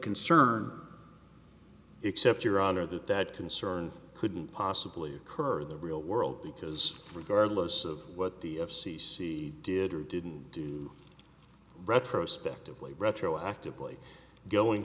concern except your honor that that concern couldn't possibly occur the real world because regardless of what the f c c did or didn't do retrospectively retroactively going